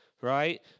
right